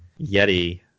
yeti